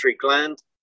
gland